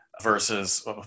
Versus